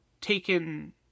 taken